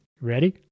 Ready